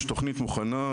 יש תוכנית מוכנה,